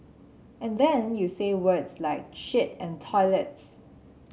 and then you say words like shit and toilets